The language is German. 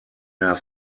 mehr